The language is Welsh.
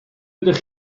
ydych